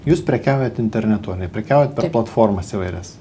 jūs prekiaujat internetu ane prekiaujat per platformas įvairias